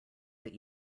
that